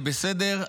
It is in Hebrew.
זה בסדר,